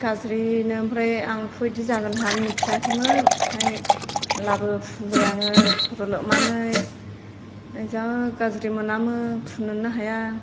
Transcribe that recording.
गाज्रिनो ओमफ्राय आंथ' बेदि जागोन होननानै मिथियाखैमोन ओमफाय होनलाबो फुनबाय आङो खर' लोमनानै ओमफाय जा गाज्रि मोनामो फुननोनो हाया